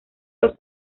los